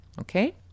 Okay